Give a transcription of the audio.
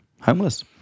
homeless